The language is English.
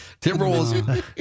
Timberwolves